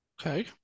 okay